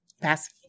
pass